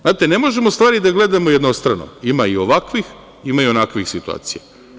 Znate, ne možemo stvari da gledamo jednostrano, ima i ovakvih ima i onakvih situacija.